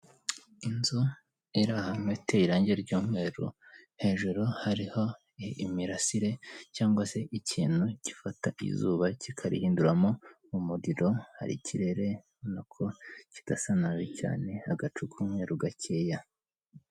Inzu iri ahantu ite irangi ry'umweru, hejuru hariho imirasire cyangwa se ikintu gifata izuba kikarihinduramo umuriro, hari ikirere ubona ko kidasa nabi cyane, agacu k'umweru gakeya.